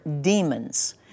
Demons